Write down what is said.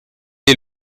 est